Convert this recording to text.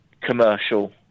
commercial